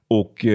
och